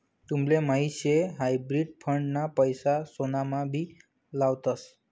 तुमले माहीत शे हायब्रिड फंड ना पैसा सोनामा भी लावतस